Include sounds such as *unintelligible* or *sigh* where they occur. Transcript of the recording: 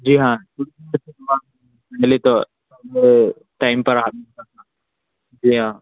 جی ہاں *unintelligible* ٹائم پر آنا جی ہاں